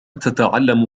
تتعلم